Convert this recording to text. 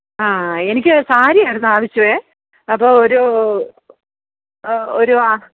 ആ എനിക്ക് സാരിയായിരുന്നു ആവശ്യം അപ്പോളൊരു ഒരു